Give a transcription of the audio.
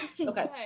Okay